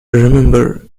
remember